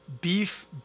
beef